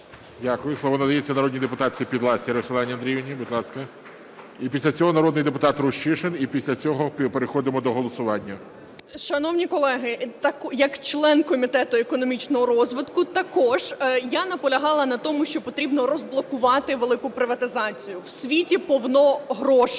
Дякую. Слово надається народній депутатці Підласій Роксолані Андріївні, будь ласка. І після цього народний депутат Рущишин. І після цього переходимо до голосування. 11:14:32 ПІДЛАСА Р.А. Шановні колеги, як член Комітету економічного розвитку також я наполягала на тому, що потрібно розблокувати велику приватизацію. В світі повно грошей,